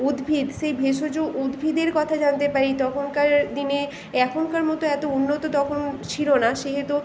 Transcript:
উদ্ভিদ সেই ভেষজ উদ্ভিদের কথা জানতে পারি তখনকার দিনে এখনকার মতো এত উন্নত তখন ছিল না সেহেতু